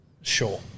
Sure